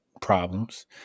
problems